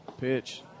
Pitch